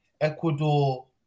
Ecuador